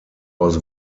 aus